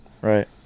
Right